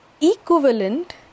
equivalent